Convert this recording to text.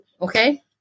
okay